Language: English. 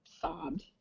sobbed